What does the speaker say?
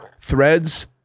Threads